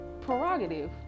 prerogative